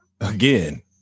again